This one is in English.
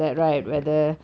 ya